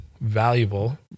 valuable